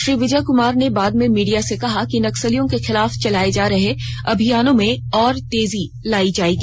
श्री विजय कमार ने बाद में मीडिया से कहा कि नक्सलियों के खिलाफ चलाए जा रहे अभियानों में और तेजी लायी जाएगी